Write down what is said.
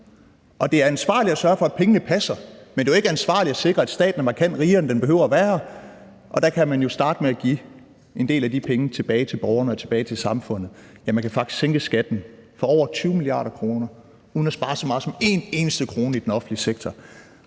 det er ansvarligt at sørge for, at pengene passer, men det er ikke ansvarligt at sikre, at staten er markant rigere, end den behøver at være, og der kan man jo starte med at give en del af de penge tilbage til borgerne og tilbage til samfundet, ja, man kan faktisk sænke skatten for over 20 mia. kr. uden at spare så meget som en eneste krone i den offentlige sektor,